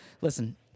Listen